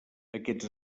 aquests